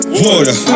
water